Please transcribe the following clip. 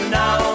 now